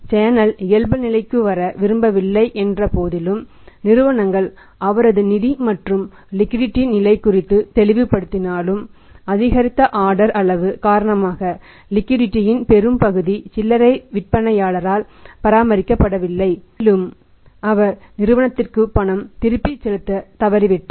channel இயல்புநிலைக்கு வர விரும்பவில்லை என்ற போதிலும் நிறுவனங்கள் அவரது நிதி மற்றும் லிக்விடிடி ன் பெரும்பகுதி சில்லறை விற்பனையாளரால் பராமரிக்கப்படவில்லை மேலும் அவர் நிறுவனத்திற்கு பணம் திருப்பிச் செலுத்த தவறிவிட்டார்